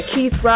Keith